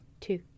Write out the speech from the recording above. two